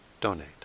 donate